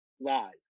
lies